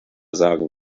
sagen